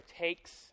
takes